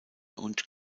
und